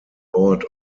board